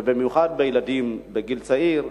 במיוחד לילדים בגיל צעיר,